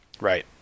Right